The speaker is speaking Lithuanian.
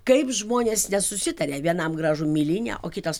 kaip žmonės nesusitaria vienam gražu milinė o kitas